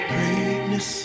Greatness